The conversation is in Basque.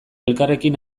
elkarrekin